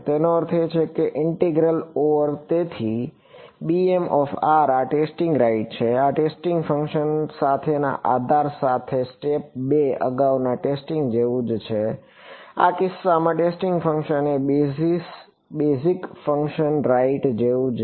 તેનો અર્થ એ છે કે ઇન્ટિગ્રલ ઓવર તેથી આ ટેસ્ટિંગ રાઇટ છે આ ટેસ્ટિંગ ફંક્શન સાથેના આધાર સાથેના સ્ટેપ 2 અગાઉના ટેસ્ટિંગ જેવું જ છે આ કિસ્સામાં ટેસ્ટિંગ ફંક્શન એ બેઝિક ફંક્શન રાઇટ જેવું જ છે